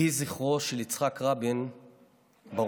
יהי זכרו של יצחק רבין ברוך.